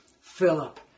Philip